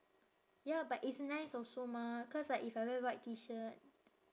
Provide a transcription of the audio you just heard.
ya but it's nice also mah cause like if I wear white T shirt